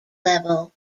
level